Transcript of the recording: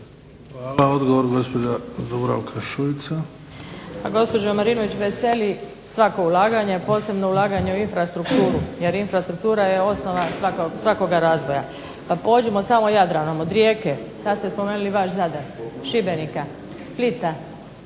Hvala. Odgovor, gospođa Dubravka Šuica.